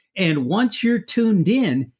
and once you're tuned in,